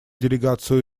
делегацию